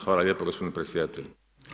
Hvala lijepa gospodine predsjedatelju.